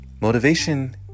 motivation